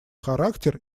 характер